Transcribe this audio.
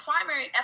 primary